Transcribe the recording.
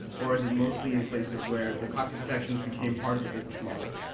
or is it mostly in places where the copy protections became part of the business model,